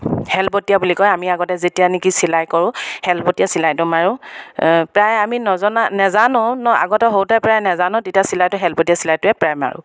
হেলবতীয়া বুলি কয় আমি আগতে যেতিয়া নেকি চিলাই কৰোঁ হেলবতীয়া চিলাইটো মাৰোঁ প্ৰায় আমি নজনা নাজানো ন আগতে সৰুতে প্ৰায় নাজানো তেতিয়া চিলাইটো হেল্পতীয়া চিলাইটোৱে প্ৰায় মাৰোঁ